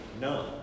none